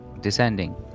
Descending